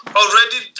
already